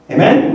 Amen